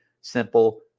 simple